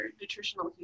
nutritional